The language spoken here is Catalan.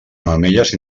mamelles